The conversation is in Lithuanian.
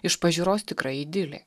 iš pažiūros tikra idilė